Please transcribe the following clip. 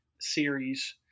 series